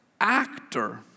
actor